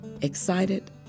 excited